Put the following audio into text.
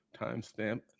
Timestamp